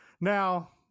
Now